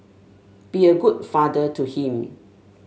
be a good father to him